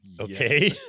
Okay